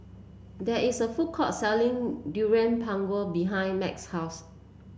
there is a food court selling Durian Pengat behind Max's house